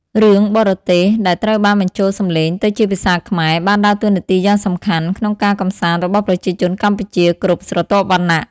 រឿងបរទេសដែលត្រូវបានបញ្ចូលសម្លេងទៅជាភាសាខ្មែរបានដើរតួនាទីយ៉ាងសំខាន់ក្នុងការកម្សាន្តរបស់ប្រជាជនកម្ពុជាគ្រប់ស្រទាប់វណ្ណៈ។